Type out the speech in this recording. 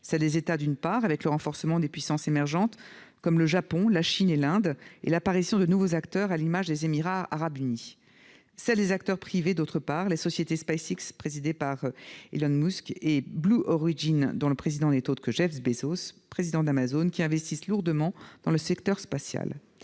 celle des États, d'une part, avec le renforcement de puissances émergentes comme le Japon, la Chine et l'Inde, et l'apparition de nouveaux acteurs, à l'image des Émirats arabes unis ; celle des acteurs privés, d'autre part, avec les sociétés SpaceX, présidée par Elon Musk, et Blue Origin, dont le président n'est autre que Jeff Bezos, le président d'Amazon, qui investissent lourdement dans le secteur spatial.